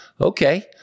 Okay